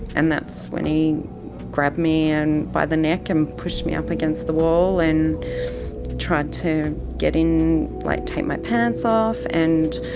and that's when he grabbed me and by the neck and pushed me up against the wall and tried to get in like take my pants off. and